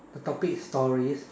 the topic is stories